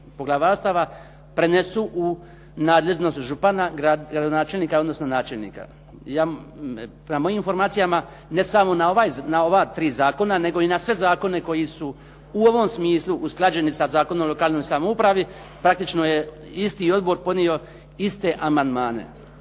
poglavarstava prenesu u nadležnosti župana, gradonačelnika, odnosno načelnika. Prema mojim informacijama, ne samo na ova 3 zakona, nego i na sve zakone koji su u ovom smislu usklađeni sa Zakonom o lokalnoj samoupravi, praktično je isti odbor podnio iste amandmane.